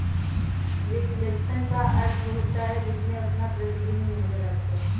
reflection का अर्थ होता है जिसमें अपना प्रतिबिंब नजर आता है